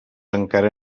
encara